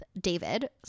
David